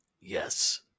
Yes